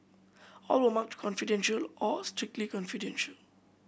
all were marked confidential or strictly confidential